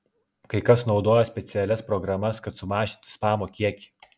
kai kas naudoja specialias programas kad sumažinti spamo kiekį